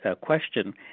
question